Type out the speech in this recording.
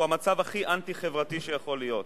הוא המצב הכי אנטי-חברתי שיכול להיות.